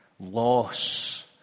loss